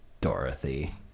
Dorothy